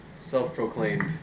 self-proclaimed